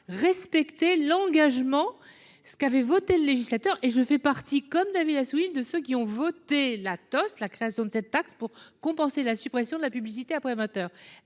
respecté l'engagement ce qu'avaient voté le législateur et je fais partie, comme David Assouline de ceux qui ont voté la toasts la création de cette taxe pour compenser la suppression de la publicité après 20h.